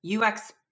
UX